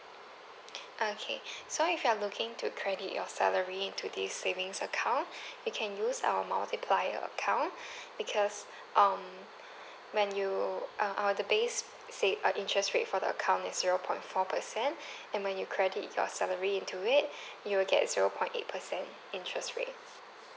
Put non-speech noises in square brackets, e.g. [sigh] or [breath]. okay so if you're looking to credit your salary into this savings account [breath] you can use our multiplier account [breath] because um when you uh uh the base say uh interest rate for the account is zero point four percent [breath] and when you credit your salary into it you will get zero point eight percent interest rate